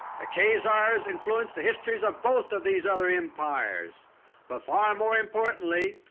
the khazars influenced the histories of both of these other empires but, far more importantly,